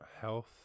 health